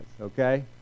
okay